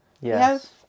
Yes